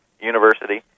University